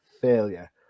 failure